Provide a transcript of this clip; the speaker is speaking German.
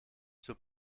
zur